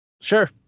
Sure